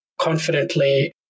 confidently